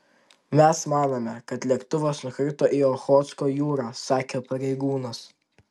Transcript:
mes manome kad lėktuvas nukrito į ochotsko jūrą sakė pareigūnas